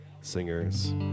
Singers